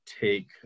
take